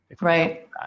right